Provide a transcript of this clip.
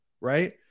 right